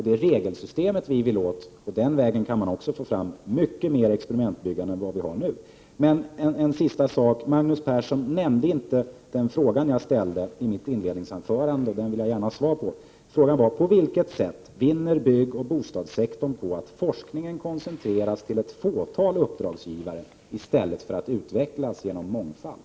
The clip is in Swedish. Det är regelsystemet vi vill åt. Den vägen kan man också få fram mycket mer experimentbyggande än vi har nu. Till sist: Magnus Persson nämnde inte den fråga jag ställde i mitt inledningsanförande. Den vill jag gärna ha svar på. Den löd: På vilket sätt vinner byggoch bostadssektorn på att forskningen koncentreras till ett fåtal uppdragsgivare i stället för att utvecklas genom mångfald?